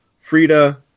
Frida